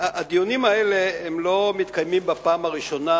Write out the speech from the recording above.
האלה לא מתקיימים בפעם הראשונה,